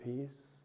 peace